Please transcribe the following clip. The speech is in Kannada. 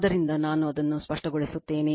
ಆದ್ದರಿಂದ ನಾನು ಅದನ್ನು ಸ್ಪಷ್ಟಗೊಳಿಸುತ್ತೇನೆ